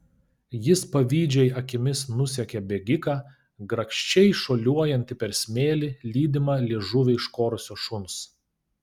jis pavydžiai akimis nusekė bėgiką grakščiai šuoliuojantį per smėlį lydimą liežuvį iškorusio šuns